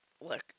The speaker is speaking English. look